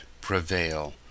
prevail